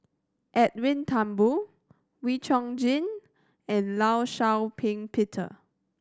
Edwin Thumboo Wee Chong Jin and Law Shau Ping Peter